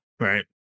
Right